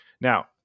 now